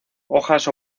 hojas